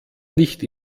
nicht